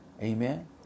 Amen